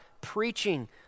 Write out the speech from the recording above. preaching